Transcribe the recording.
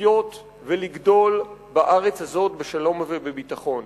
לחיות ולגדול בארץ הזאת בשלום ובביטחון.